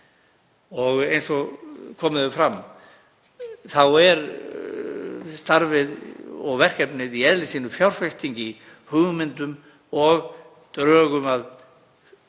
Eins og komið hefur fram er starfið og verkefnið í eðli sínu fjárfesting í hugmyndum og drögum að